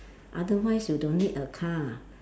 otherwise you don't need a car